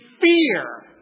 fear